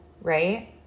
right